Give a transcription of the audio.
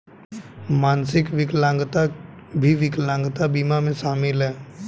मानसिक विकलांगता भी विकलांगता बीमा में शामिल हैं